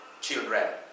children